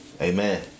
Amen